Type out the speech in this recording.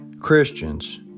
Christians